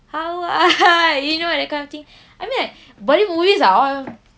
how ah you know that kind of thing I mean like bollywood movies are all